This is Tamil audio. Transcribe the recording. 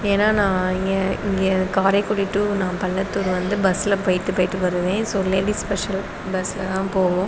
ஏன்னா நான் இங்கே இங்கே காரைக்குடி டு நான் பள்ளத்தூர் வந்து பஸ்ஸில் போயிட்டு போயிட்டு வருவேன் ஸோ லேடிஸ் ஸ்பெஷல் பஸ்ஸில் தான் போவோம்